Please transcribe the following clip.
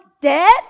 dead